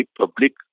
public